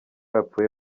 yapfuye